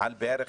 בערך